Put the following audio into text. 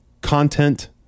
content